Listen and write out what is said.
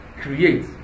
create